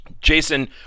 Jason